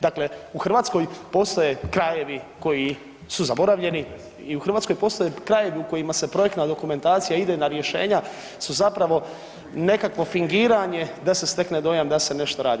Dakle, u Hrvatskoj postoje krajevi koji su zaboravljeni i u Hrvatskoj postoje krajevi u kojima se projektna dokumentacija i idejna rešenja su zapravo nekakvo fingiranje da se stekne dojam da se nešto radi.